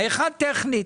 האחד טכנית,